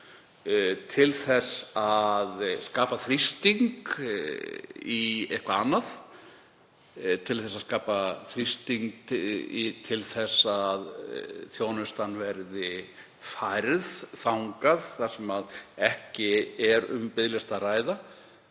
til þess að skapa þrýsting á eitthvað annað, til að skapa þrýsting á að þjónustan verði færð þangað sem ekki er um biðlista að ræða.